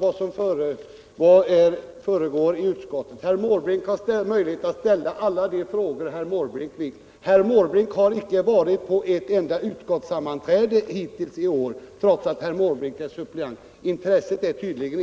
vad som försiggår där. Herr Måbrink har möjlighet att ställa alla de frågor han vill. Men herr Måbrink har hittills i år icke varit på ett enda utskottssammanträde, trots att han är suppleant.